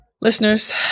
Listeners